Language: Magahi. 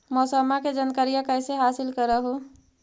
मौसमा के जनकरिया कैसे हासिल कर हू?